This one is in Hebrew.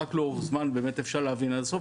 ורק לאורך זמן באמת אפשר להבין עד סוף.